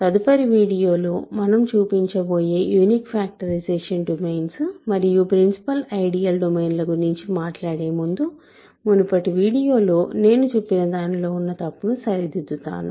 తదుపరి వీడియోలో మనం చూపించబోయే యూనిక్ ఫాక్టరైజేషన్ డొమైన్స్ మరియు ప్రిన్సిపల్ ఐడియల్ డొమైన్ల గురించి మాట్లాడే ముందు మునుపటి వీడియోలో నేను చెప్పినదానిలో ఉన్న తప్పును సరిదిద్దుతాను